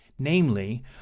namely